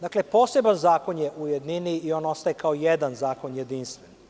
Dakle, poseban zakon je u jednini i on ostaje kao jedan zakon, jedinstven.